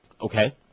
Okay